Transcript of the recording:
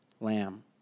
lamb